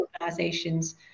organizations